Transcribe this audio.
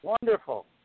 Wonderful